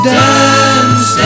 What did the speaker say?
dance